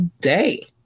day